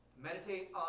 Meditate